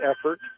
effort